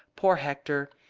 poor hector!